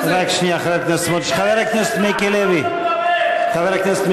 20 מיליון שקל לכל חבר כנסת,